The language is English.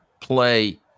play